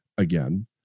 again